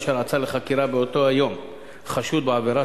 אשר עצר לחקירה באותו היום חשוד לחקירה,